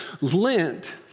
Lent